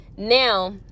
now